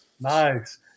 Nice